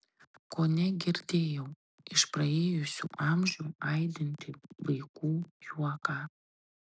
kone girdėjau iš praėjusių amžių aidintį vaikų juoką